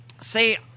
say